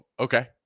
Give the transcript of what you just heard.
Okay